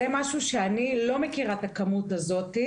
זה משהו שאני לא מכירה את הכמות הזאת,